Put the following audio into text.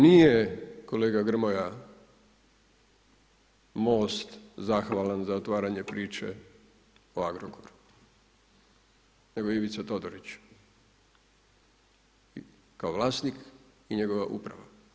Nije kolega Grmoja, MOST zahvala za otvaranje priče o Agrokoru, nego Ivica Todorić kao vlasnik i njegova uprava.